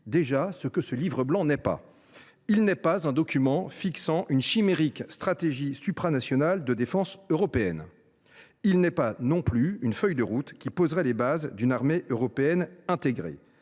ce que ce livre blanc n’est pas. Il n’est pas un document fixant une chimérique stratégie supranationale de défense européenne. Il n’est pas, non plus, une feuille de route qui poserait les bases d’une armée européenne intégrée.